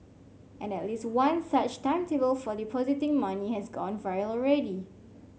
and at least one such timetable for the depositing money has gone viral already